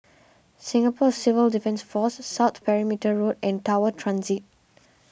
Singapore Civil Defence force South Perimeter Road and Tower Transit